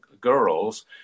girls